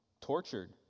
tortured